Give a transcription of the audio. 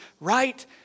right